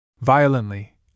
Violently